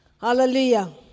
Hallelujah